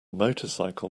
motorcycle